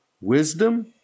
Wisdom